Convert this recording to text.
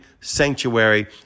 sanctuary